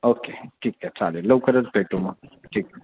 okay ठीक आहे चालेल लवकरच भेटू मग ठीक